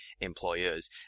employers